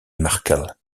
markel